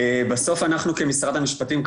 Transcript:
בסוף אנחנו כמשרד המשפטים,